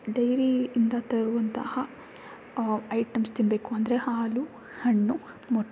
ಡೈರಿಯಿಂದ ತರುವಂತಹ ಐಟಮ್ಸ್ ತಿನ್ನಬೇಕು ಅಂದರೆ ಹಾಲು ಹಣ್ಣು ಮೊಟ್ಟೆ